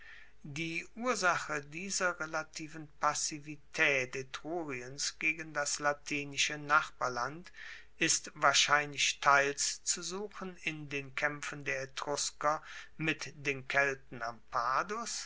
die ursache dieser relativen passivitaet etruriens gegen das latinische nachbarland ist wahrscheinlich teils zu suchen in den kaempfen der etrusker mit den kelten am